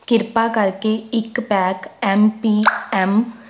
ਕ੍ਰਿਪਾ ਕਰਕੇ ਇੱਕ ਪੈਕ ਐਮ ਪੀ ਐਮ